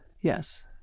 Yes